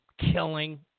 killing